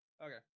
Okay